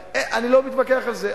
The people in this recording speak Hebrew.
אני לא מתווכח על זה,